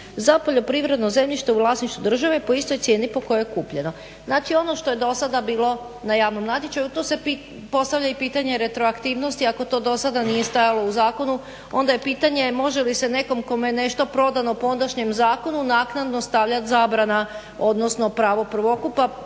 za poljoprivredno zemljište u vlasništvu države po istoj cijeni po kojoj je kupljeno". Znači ono što je do sada bilo na javnom natječaju tu se postavlja pitanje i retroaktivnosti ako to do sada nije stajalo u zakonu onda je pitanje može li se nekom kome je nešto prodano po ondašnjem zakonu naknadno stavljati zabrana odnosno pravo prvokupa?